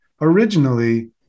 originally